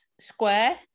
square